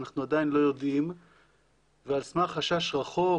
אנחנו עדיין לא עובדים ועל סמך חשש רחוק,